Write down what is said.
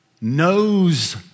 knows